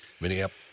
Minneapolis